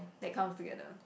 that comes together